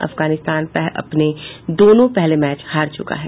अफगानिस्तान अपने दोनों पहले मैच हार चुका है